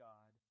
God